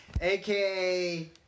aka